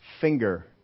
finger